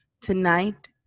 tonight